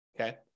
okay